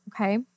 okay